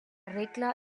regla